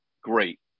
great